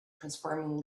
transforming